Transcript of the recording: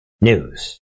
News